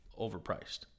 overpriced